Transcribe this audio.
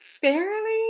fairly